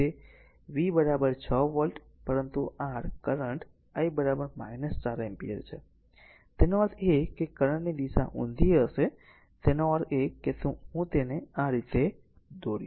તેથી V 6 volt પરંતુ r current I 4 ampere છે તેનો અર્થ એ કે કરંટ ની દિશા ઉંધી હશે તેનો અર્થ એ છે કે હું તેને આ રીતે દોરીશ